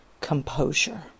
composure